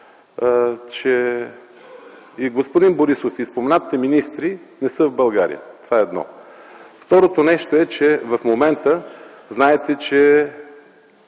че и господин Борисов, и споменатите министри не са в България. Това е едно. Второто нещо е, че в момента, знаете,